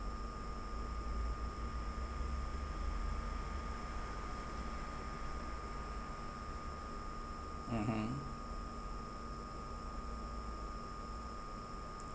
mmhmm